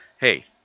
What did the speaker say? hey